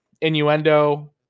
innuendo